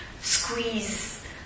squeeze